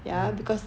mm